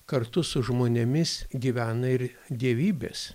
kartu su žmonėmis gyvena ir dievybės